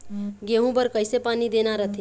गेहूं बर कइसे पानी देना रथे?